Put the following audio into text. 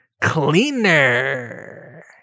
Cleaner